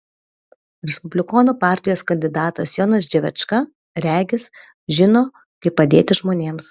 respublikonų partijos kandidatas jonas dževečka regis žino kaip padėti žmonėms